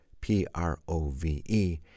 P-R-O-V-E